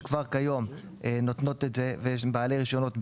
שכבר היום נותנות את זה והן בעלות רישיונות בחו"ל,